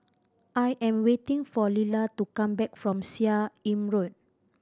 I am waiting for Lila to come back from Seah Im Road